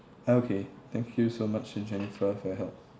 okay thank you so much uh jennifer for your help